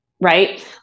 Right